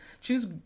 choose